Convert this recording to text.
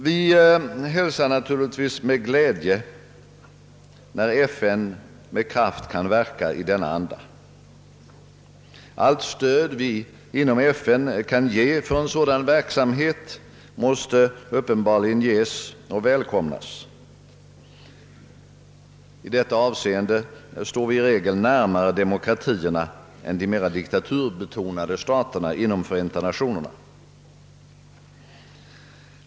Vi hälsar naturligtvis med glädje när FN med kraft kan verka i denna anda. Allt stöd vi inom FN kan ge åt en sådan verksamhet måste uppenbarligen ges och välkomnas, I detta avseende står vi i regel närmare demokratierna än de mera diktaturbetonade staterna inom Förenta Nationerna.